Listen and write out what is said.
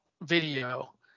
video